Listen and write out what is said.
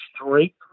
straight